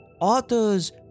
authors